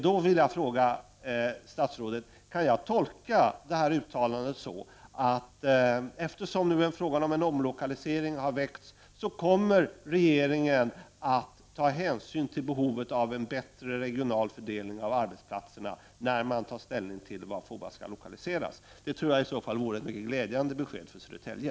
Då vill jag fråga statsrådet: Kan jag tolka detta uttalande så, eftersom frågan om en omlokalisering har väckts, att regeringen kommer att ta hänsyn till behovet av en bättre regional fördelning av arbetsplatserna, när man tar ställning till var FOA skall lokaliseras? Det tror jag i så fall vore ett mycket glädjande besked för Södertälje.